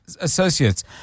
Associates